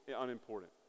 unimportant